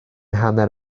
hanner